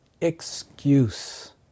excuse